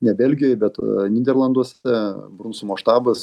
ne belgijoj bet nyderlanduose brumsumo štabas